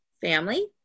Family